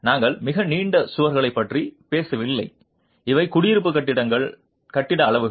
நாங்கள் மிக நீண்ட சுவர்களைப் பற்றி பேசவில்லை இவை குடியிருப்பு கட்டிட அளவுகள்